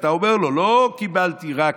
ואתה אומר לו: לא קיבלתי רק